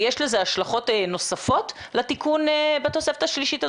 יש לזה השלכות נוספות לתיקון בתוספת השלישית?